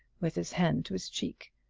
with his hand to his cheek.